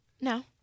No